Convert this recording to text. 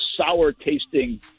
sour-tasting